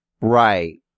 Right